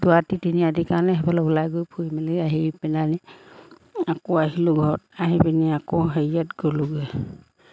দুৰাতি তিনিৰাতিৰ কাৰণে সেইফালে ওলাই গৈ ফুৰি মেলি আহি পিনাইনি আকৌ আহিলোঁ ঘৰত আহি পিনি আকৌ হেৰিয়াত গ'লোঁগৈ